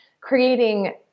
creating